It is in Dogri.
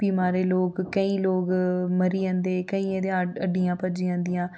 फ्ही महाराज़ लोक केईं लोक मरी जंदे केइयें दियां हड्डियां भज्जी जंदियां